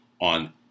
on